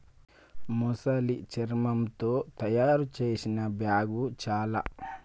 మొసలి శర్మముతో తాయారు చేసిన బ్యాగ్ చాల